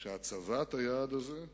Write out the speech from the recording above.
שהצבת היעד הזה,